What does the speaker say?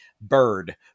bird